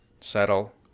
settle